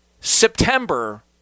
September